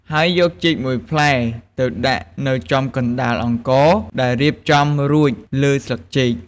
ហើយយកចេក ១ផ្លែទៅដាក់នៅចំកណ្តាលអង្ករដែលរៀបចំរួចលើស្លឹកចេក។